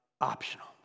optional